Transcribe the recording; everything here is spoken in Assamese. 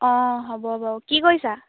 অঁ হ'ব বাৰু কি কৰিছা